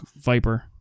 Viper